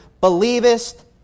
Believest